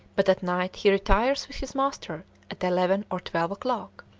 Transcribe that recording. but at night he retires with his master at eleven or twelve o'clock,